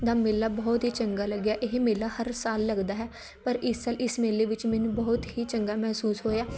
ਦਾ ਮੇਲਾ ਬਹੁਤ ਹੀ ਚੰਗਾ ਲੱਗਿਆ ਇਹ ਮੇਲਾ ਹਰ ਸਾਲ ਲੱਗਦਾ ਹੈ ਪਰ ਇਸ ਸਾਲ ਇਸ ਮੇਲੇ ਵਿੱਚ ਮੈਨੂੰ ਬਹੁਤ ਹੀ ਚੰਗਾ ਮਹਿਸੂਸ ਹੋਇਆ